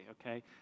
okay